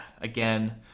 again